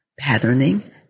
Patterning